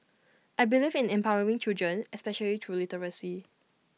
I believe in empowering children especially through literacy